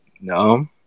No